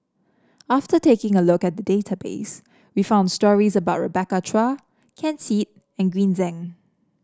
after taking a look at the database we found stories about Rebecca Chua Ken Seet and Green Zeng